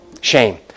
Shame